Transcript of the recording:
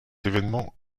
évènement